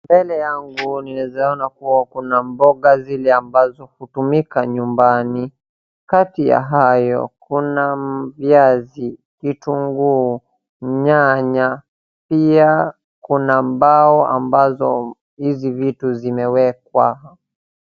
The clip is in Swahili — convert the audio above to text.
Mbele yangu ninaeza ona kuwa kuna mboga zile ambazo hutumika nyumbani. Kati ya hayo kuna viazi, vitunguu, nyanya, pia kuna mbao ambazo hizi vitu zimewekwa.